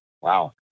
Wow